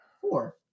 four